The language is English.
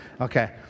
Okay